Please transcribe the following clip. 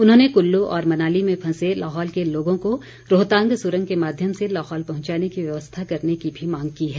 उन्होंने कुल्लू और मनाली में फंसे लाहौल के लोगों को रोहतांग सुरंग के माध्यम से लाहौल पहुंचाने की व्यवस्था करने की भी मांग की है